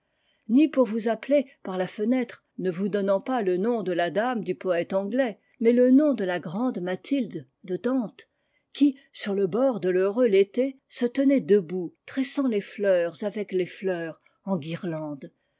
ni pour vous appeler par la fenêtre ne vous donnant pas le nom de la dame du poète anglais mais le nom de la grande mathilde de tante qui sur le bord de l'heureux léthé se tenait debout tressant les fleurs avec les fleurs enguirlandes